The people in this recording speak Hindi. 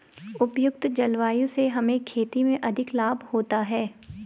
उपयुक्त जलवायु से हमें खेती में अधिक लाभ होता है